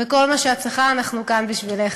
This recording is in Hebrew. וכל מה שאת צריכה, אנחנו כאן בשבילך.